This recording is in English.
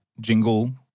jingle